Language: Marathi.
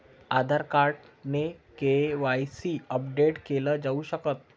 आधार कार्ड ने के.वाय.सी अपडेट केल जाऊ शकत